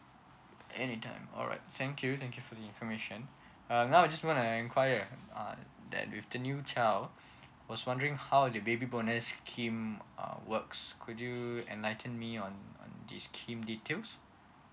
anytime alright thank you thank you for the information uh now I just want to enquire uh that with the new child was wondering how the baby bonus scheme um uh works could you enlighten me on this scheme details